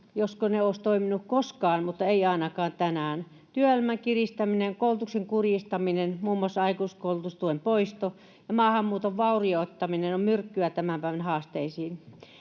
josko ne olisivat toimineet koskaan, mutta eivät ainakaan tänään. Työelämän kiristäminen, koulutuksen kurjistaminen, muun muassa aikuiskoulutustuen poisto ja maahanmuuton vaurioittaminen ovat myrkkyä tämän päivän haasteisiin.